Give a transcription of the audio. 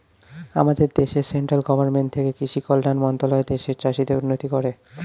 আমাদের দেশে central government থেকে কৃষি কল্যাণ মন্ত্রণালয় দেশের চাষীদের উন্নতি করে